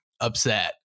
Upset